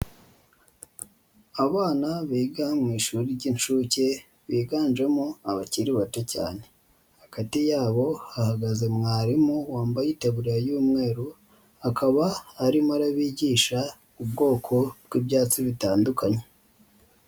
Abana biga mu ishuri ry'inshuke biganjemo abakiri bato cyane, hagati yabo hahagaze mwarimu wambaye itaburiya y'umweru akaba arimo arabigisha ubwoko bw'ibyatsi bitandukanye.